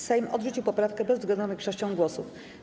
Sejm odrzucił poprawkę bezwzględną większością głosów.